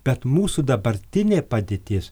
bet mūsų dabartinė padėtis